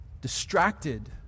distracted